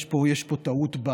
יש פה טעות,